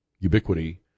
ubiquity